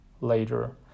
later